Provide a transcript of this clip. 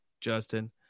Justin